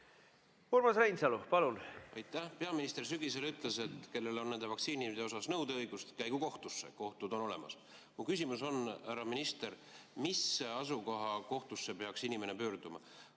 on teine olukord. Aitäh! Peaminister sügisel ütles, et kellel on nende vaktsiinide osas nõudeõigust, käigu kohtusse, kohtud on olemas. Mu küsimus on, härra minister, mis asukoha kohtusse peaks inimene pöörduma.